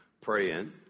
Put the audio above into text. praying